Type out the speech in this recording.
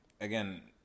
again